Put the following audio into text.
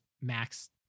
max